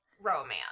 romance